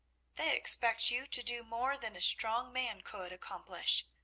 they expect you to do more than a strong man could accomplish.